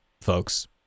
folks